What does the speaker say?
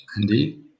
Andy